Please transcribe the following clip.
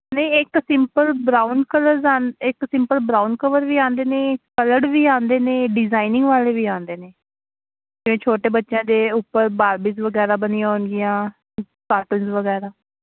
ਨਹੀਂ ਇੱਕ simple brown colours ਆਂਦ ਨੇ ਇੱਕ ਸਿੰਪਲ ਬਰਾਊਨ ਕਵਰ ਵੀ ਆਉਂਦੇ ਨੇ ਕਲਰਡ ਵੀ ਆਉਂਦੇ ਨੇ ਡਿਜ਼ਾਇਨਿੰਗ ਵਾਲੇ ਵੀ ਆਉਂਦੇ ਨੇ ਅਤੇ ਛੋਟੇ ਬੱਚਿਆਂ ਦੇ ਉੱਪਰ ਬਾਰਬੀਜ ਵਗੈਰਾ ਬਣੀਆਂ ਹੋਣਗੀਆਂ ਕਾਰਟੂਨਸ ਵਗੈਰਾ